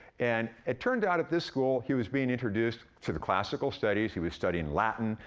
and it turned out at this school, he was being introduced to the classical studies. he was studying latin,